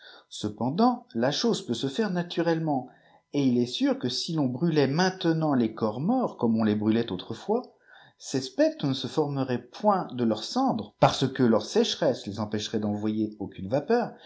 cependant la chose peut se faire naturellement et il est sûr que si l'on brûlait maintenant les corps morts comme on les brûlait autrefois ces spectres ne se formeraient point de leurs cendres parce que leur sécheresse les empêcherait d'envoyer aucunes tapeurs